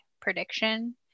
prediction